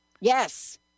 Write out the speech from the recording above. Yes